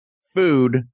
food